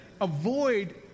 avoid